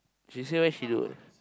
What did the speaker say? she say where she look